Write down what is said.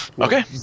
Okay